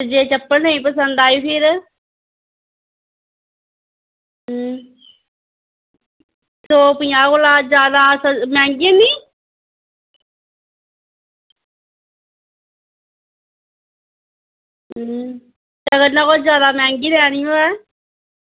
जे चप्पल नेंई आई फिर हां सौ पंज़ाह् कोला दा जादा मैंह्गी नी हां जेकर एह्दे कोला दा जादा मैंह्गी लैनी होऐ